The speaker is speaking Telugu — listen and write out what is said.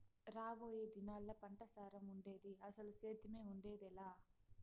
రాబోయే దినాల్లా పంటసారం ఉండేది, అసలు సేద్దెమే ఉండేదెలా